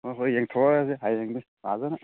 ꯍꯣꯏ ꯍꯣꯏ ꯌꯦꯡꯊꯣꯛꯎꯔꯁꯤ ꯍꯌꯦꯡꯗꯤ ꯐꯖꯅ